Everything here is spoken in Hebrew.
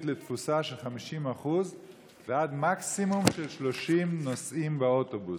לתפוסה של 50% ועד מקסימום של 30 נוסעים באוטובוס.